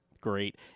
great